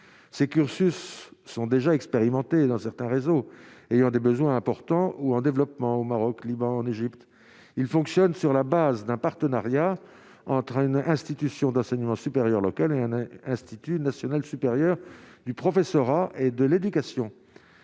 ces cursus sont déjà expérimentée dans certains réseaux ayant des besoins importants ou en développement au Maroc Liban en Égypte, il fonctionne sur la base d'un partenariat entre une institution d'enseignement supérieur, lequel Institut national supérieure du professorat et de l'éducation